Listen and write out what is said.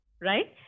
right